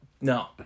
no